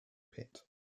pit